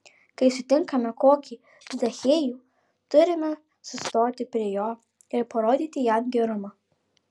kai sutinkame kokį zachiejų turime sustoti prie jo ir parodyti jam gerumą